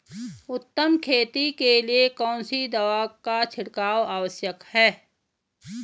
उत्तम खेती के लिए कौन सी दवा का छिड़काव आवश्यक है?